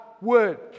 word